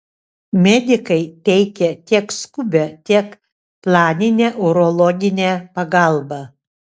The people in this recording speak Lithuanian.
medikai teikia tiek skubią tiek planinę urologinę pagalbą